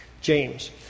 James